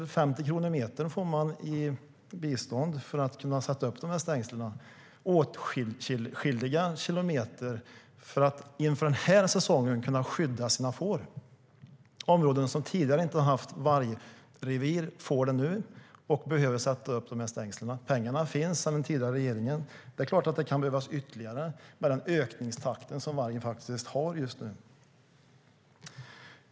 De får 50 kronor per meter i bistånd för att kunna sätta upp stängslen, och det handlar om åtskilliga kilometer för att kunna skydda fåren inför den här säsongen. Områden som tidigare inte har haft vargrevir får det nu, och där behöver stängslen sättas upp. Pengarna finns sedan den tidigare regeringen, men det är klart att det kan behövas ytterligare med tanke på den ökningstakt vargen faktiskt har just nu.